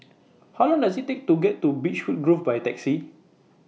How Long Does IT Take to get to Beechwood Grove By Taxi